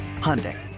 Hyundai